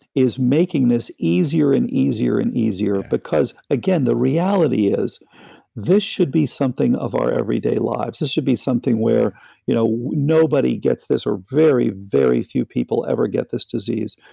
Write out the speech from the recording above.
is making this easier, and easier, and easier, because again, the reality is this should be something of our everyday lives, this should be something where you know nobody gets this, or very, very few people ever get this disease.